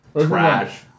Trash